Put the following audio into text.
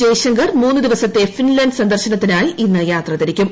ജയ്ശങ്കർമൂന്ന്ദിവസത്തെ Finland സന്ദർശനത്തിനായിഇന്ന്യാത്ര തിരിക്കും